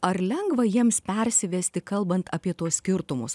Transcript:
ar lengva jiems persivesti kalbant apie tuos skirtumus